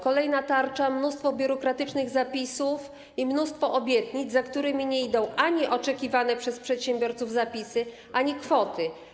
Kolejna tarcza, mnóstwo biurokratycznych zapisów i mnóstwo obietnic, za którymi nie idą ani oczekiwane przez przedsiębiorców zapisy, ani kwoty.